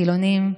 חילונים,